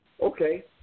Okay